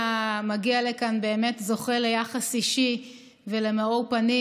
לכאן באמת זוכה ליחס אישי ולמאור פנים.